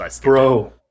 Bro